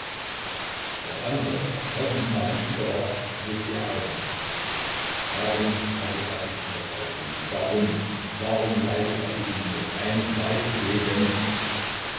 das andre das tausendmal wichtiger war wußte er auch nicht warum hatte er sich in das weib verliebt warum warum leide er so unerhört eines weibes wegen